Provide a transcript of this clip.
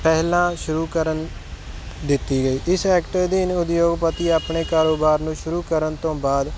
ਪਹਿਲਾਂ ਸ਼ੁਰੂ ਕਰਨ ਦਿੱਤੀ ਗਈ ਇਸ ਐਕਟ ਅਧੀਨ ਉਦਯੋਗਪਤੀ ਆਪਣੇ ਕਾਰੋਬਾਰ ਨੂੰ ਸ਼ੁਰੂ ਕਰਨ ਤੋਂ ਬਾਅਦ